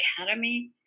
academy